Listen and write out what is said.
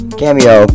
cameo